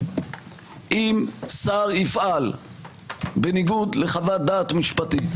אם שר יפעל בניגוד לחוות-דעת משפטית,